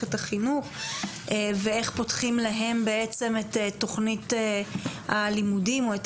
במערכת החינוך ואיך פותחים בפניהם את תכנית הלימודים או את